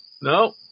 No